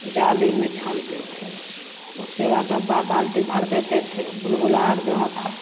जाली में छानते थे उसके बाद डब्बा बाल्टी धर देते थे बुलबुलाहट जहाँ था